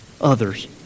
others